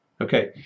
Okay